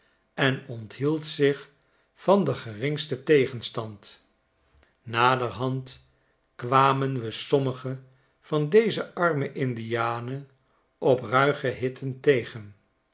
en onthield zich van den geringsten tegenstand naderhand kwamen we sommige van deze arme indianen op ruige hitten tegen